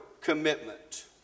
commitment